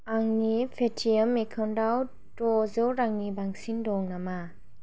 आंनि पेटिएम एकाउन्टाव द'जौ रांनि बांसिन दं नामा